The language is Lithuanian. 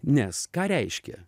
nes ką reiškia